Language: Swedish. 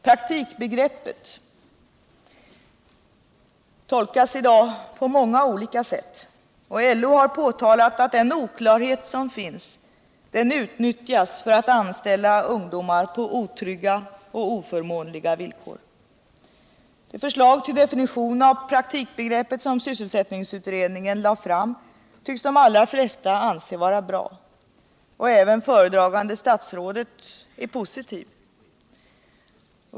Praktikbegreppet tolkas i dag på många olika sätt. LO har påtalat att denna oklarhet utnyttjas för att anställa ungdomar på otrygga och oförmånliga villkor. Det förslag till definition av praktikbegreppet som sysselsättningsutredningen lade fram tycks de allra flesta anse vara bra. Även föredragande statsrådet är positiv.